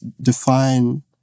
define